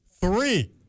three